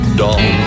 dawn